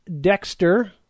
Dexter